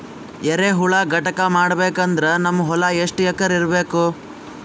ಎರೆಹುಳ ಘಟಕ ಮಾಡಬೇಕಂದ್ರೆ ನಮ್ಮ ಹೊಲ ಎಷ್ಟು ಎಕರ್ ಇರಬೇಕು?